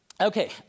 Okay